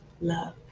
love